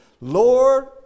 Lord